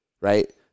Right